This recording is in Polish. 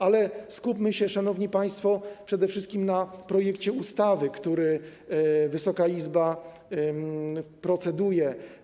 Ale skupmy się, szanowni państwo, przede wszystkim na projekcie ustawy, nad którym Wysoka Izba proceduje.